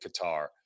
Qatar